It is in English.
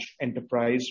enterprise